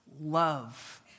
love